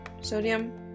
sodium